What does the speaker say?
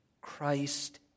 Christ